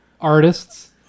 artists